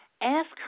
ask